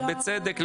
בצדק,